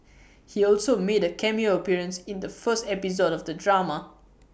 he also made A cameo appearance in the first episode of the drama